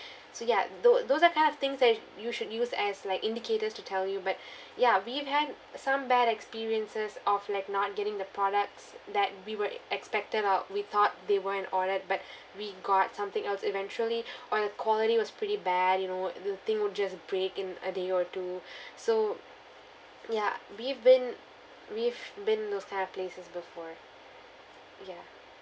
so ya tho~ those are kind of things that you should use as like indicators to tell you but ya we've had some bad experiences of like not getting the products that we were expected or we thought they weren't ordered but we got something else eventually or the quality was pretty bad you know the thing would just break in a day or two so ya we've been we've been those kind of places before ya